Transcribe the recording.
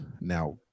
now